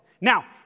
Now